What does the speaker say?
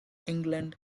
england